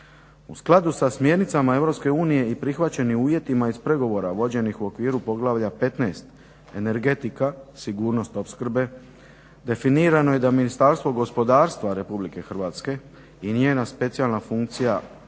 U skladu sa smjernicama Europske unije i prihvaćenim uvjetima iz pregovora vođenih u okviru poglavlja 15.-Energetika, sigurnost opskrbe definirano je da Ministarstvo gospodarstva Republike Hrvatske i njena specijalna funkcija